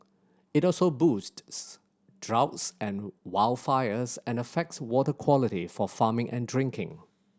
it also boosts droughts and wildfires and affects water quality for farming and drinking